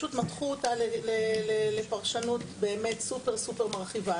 פשוט מתחו אותה לפרשנות סופר-סופר מרחיבה.